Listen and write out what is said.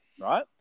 right